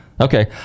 Okay